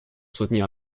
soutenir